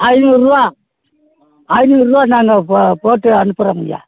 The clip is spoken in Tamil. ஐந்நூறுபா ஐந்நூறுபா நாங்கள் போ போட்டு அனுப்புகிறோம்யா